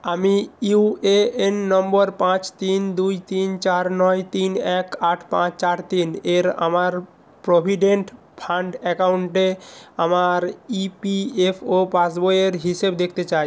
আমি UAN number পাঁচ তিন দুই তিন চার নয় তিন এক আট পাঁচ চার তিন এর আমার প্রভিডেন্ট ফান্ড অ্যাকাউন্টে আমার ইপিএফও পাসবইয়ের হিসেব দেখতে চাই